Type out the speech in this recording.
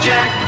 Jack